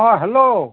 অ hello